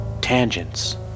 tangents